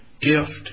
gift